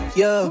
yo